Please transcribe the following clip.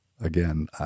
Again